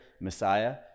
Messiah